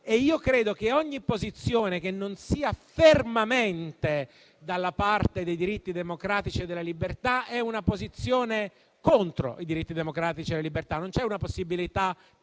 e credo che ogni posizione che non sia fermamente dalla parte dei diritti democratici e delle libertà sia una posizione contro i diritti democratici e le libertà. Non c'è una possibilità